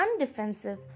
undefensive